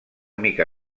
mica